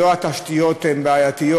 שלא התשתיות שם הן בעייתיות,